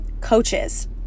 coaches